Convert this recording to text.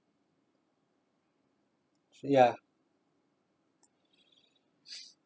ya